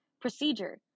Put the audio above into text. procedure